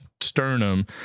Sternum